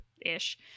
ish